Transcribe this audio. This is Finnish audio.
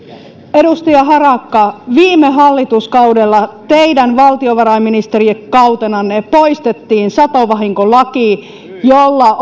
edustaja harakka viime hallituskaudella teidän valtiovarainministerikautenanne poistettiin satovahinkolaki jolla